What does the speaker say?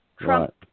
Trump